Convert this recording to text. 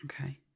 Okay